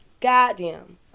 Goddamn